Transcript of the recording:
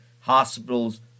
Hospitals